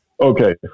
Okay